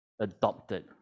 adopted